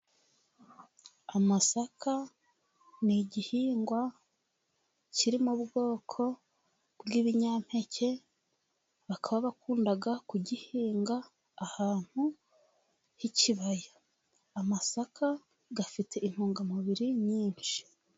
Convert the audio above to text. Amasaka ni igihingwa kiri mu bwoko bw'ibinyampeke, bakaba bakunda kugihinga ahantu h'ikibaya. Amasaka afite intungamubiri nyinshi.